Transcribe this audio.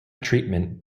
treatment